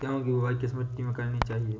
गेहूँ की बुवाई किस मिट्टी में करनी चाहिए?